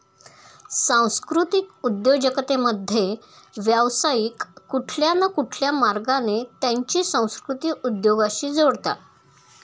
सांस्कृतिक उद्योजकतेमध्ये, व्यावसायिक कुठल्या न कुठल्या मार्गाने त्यांची संस्कृती उद्योगाशी जोडतात